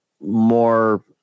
more